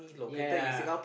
ya ya